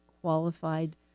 qualified